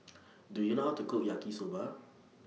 Do YOU know How to Cook Yaki Soba